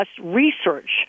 research